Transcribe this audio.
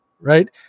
right